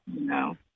No